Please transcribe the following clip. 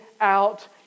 out